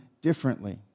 differently